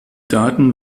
daten